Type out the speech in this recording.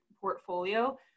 portfolio